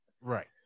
Right